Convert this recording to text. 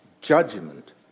judgment